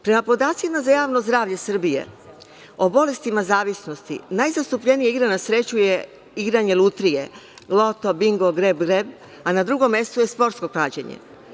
Prema podacima za javno zdravlje Srbije, o bolestima zavisnosti najzastupljenija igra na sreću je igranje lutrije: loto, bingo, greb-greb, a na drugom mestu je sportsko klađenje.